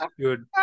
Good